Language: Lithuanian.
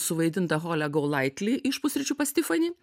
suvaidintą holę goulitly iš pusryčių pas tifanį